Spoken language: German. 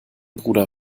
bruder